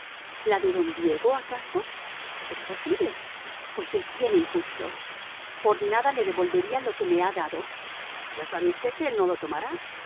la de don diego acaso es posible pues es bien injusto por nada le devolvería lo que me ha dado ya sabe usted que él no lo tomará